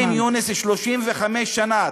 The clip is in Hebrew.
כרים יונס, 35 שנה.